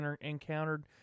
encountered